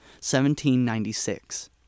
1796